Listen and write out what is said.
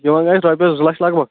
یِم حظ آیہِ رۅپیس زٕ لچھ لَگ بَگ